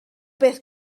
beth